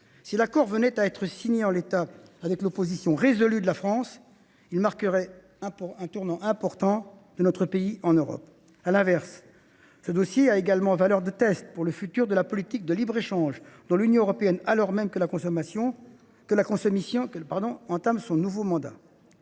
Si l’accord venait à être signé en l’état, malgré l’opposition résolue de la France, cela marquerait un tournant important pour notre pays en Europe. À l’inverse, le dossier a également valeur de test pour le futur de la politique de libre échange de l’Union européenne alors même que le Commission entame son nouveau mandat.